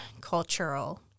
cultural